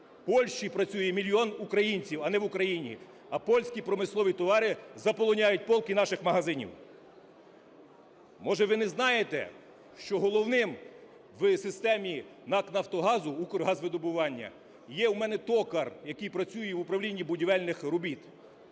в Польщі працює мільйон українців, а не в Україні, а польські промислові товари заполоняють полки наших магазинів. Може, ви не знаєте, що головним в системі НАК "Нафтогазу", "Укргазвидобування" є в мене токар, який працює в Управлінні будівельних робіт.